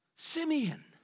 Simeon